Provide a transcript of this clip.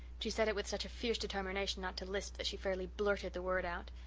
she said it with such a fierce determination not to lisp that she fairly blurted the word out.